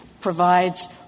provides